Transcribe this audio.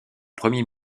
premier